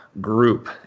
group